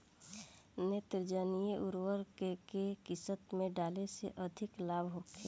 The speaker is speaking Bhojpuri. नेत्रजनीय उर्वरक के केय किस्त में डाले से अधिक लाभ होखे?